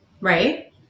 Right